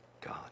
God